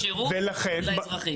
איך מנגישים את השירות לאזרח בקצה.